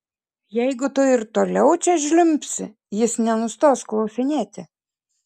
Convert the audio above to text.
jeigu tu ir toliau čia žliumbsi jis nenustos klausinėti